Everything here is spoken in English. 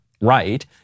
right